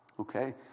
Okay